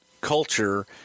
culture